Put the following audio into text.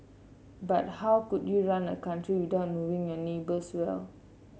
but how could you run a country without knowing your neighbours well